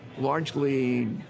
Largely